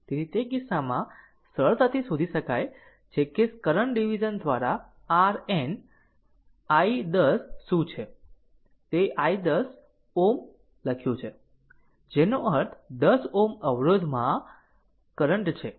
તેથી તે કિસ્સામાં સરળતાથી શોધી શકાય છે કે કરંટ ડીવીઝન દ્વારા RNow i 10 શું છે તે i 10 Ω લખ્યું છે જેનો અર્થ 10 Ω અવરોધમાં કરંટ છે